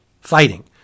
fighting